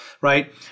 right